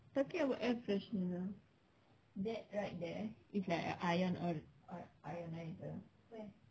tapi our air freshener that right there is like an ion~ ioniser